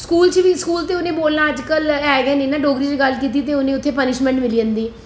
school बिच बी school ते उ'नें बोलना है गै नेईं ना डोगरी च गल्ल कीती ते उ'नेंगी उत्थै गै पनिशमेंट मिली जंदी